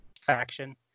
faction